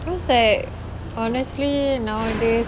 cause like honestly nowadays